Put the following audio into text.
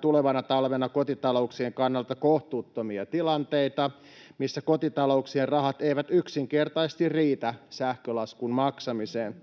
tulevana talvena osittain ehkäistään kotitalouksien kannalta kohtuuttomia tilanteita, missä kotitalouksien rahat eivät yksinkertaisesti riitä sähkölaskun maksamiseen.